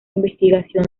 investigación